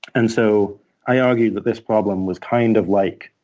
and so i argued that this problem was kind of like